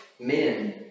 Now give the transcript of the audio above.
men